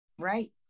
Right